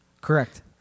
Correct